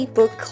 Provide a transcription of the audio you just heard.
Book